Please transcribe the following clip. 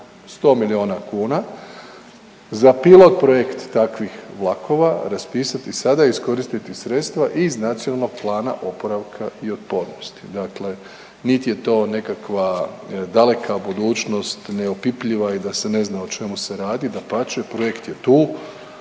100 milijuna kuna, za pilot projekt takvih vlakova raspisati sada i iskoristiti sredstva iz NPOO-a, dakle nit je to nekakva daleka budućnost, neopipljiva i da se ne zna o čemu se radi, dapače projekt je tu,